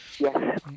Yes